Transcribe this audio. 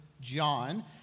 John